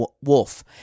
wolf